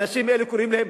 והתכוון להילחם?